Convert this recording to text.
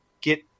get